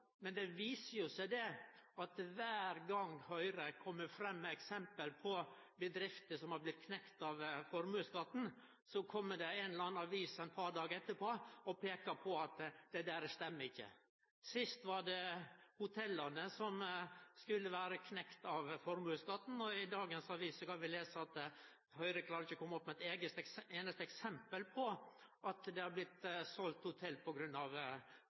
men det viser seg at kvar gong Høgre kjem med eksempel på bedrifter som har blitt knekte av formuesskatten, kjem det ei eller anna avis eit par dagar etterpå og peikar på at det ikkje stemmer. Sist var det hotella som skulle vere knekte av formuesskatten, og i dagens avis kan vi lese at Høgre ikkje klarar å komme opp med eit einaste eksempel på at det har blitt selt hotell